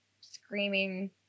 screaming